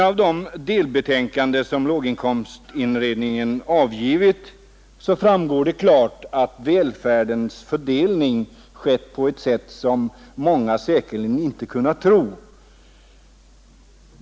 Av de delbetänkanden som låginkomstutredningen avgivit framgår klart att välfärdens fördelning skett på ett sätt som många säkerligen inte kunnat tro.